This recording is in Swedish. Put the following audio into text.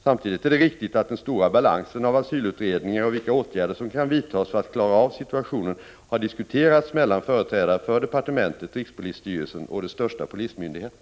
Samtidigt är det riktigt att den stora balansen av asylutredningar och vilka åtgärder som kan vidtas för att klara av situationen har diskuterats mellan företrädare för departementet, rikspolisstyrelsen och de största polismyndigheterna.